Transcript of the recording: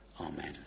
Amen